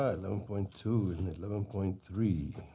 ah eleven point two and eleven point three.